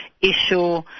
issue